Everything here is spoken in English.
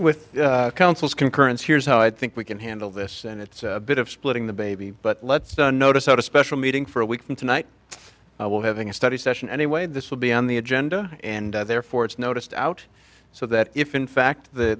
with council's concurrence here's how i think we can handle this and it's a bit of splitting the baby but let's notice that a special meeting for a week from tonight i will having a study session anyway this will be on the agenda and therefore it's noticed out so that if in fact th